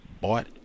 bought